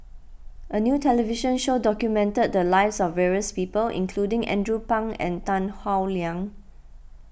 a new television show documented the lives of various people including Andrew Phang and Tan Howe Liang